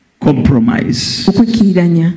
compromise